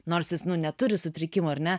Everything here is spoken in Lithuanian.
nors jis neturi sutrikimų ar ne